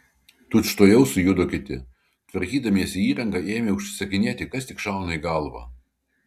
tučtuojau sujudo kiti tvarkydamiesi įrangą ėmė užsisakinėti kas tik šauna į galvą